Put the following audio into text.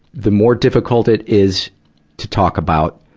the more difficult it is to talk about,